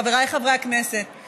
חבריי חברי הכנסת,